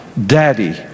Daddy